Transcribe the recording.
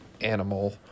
animal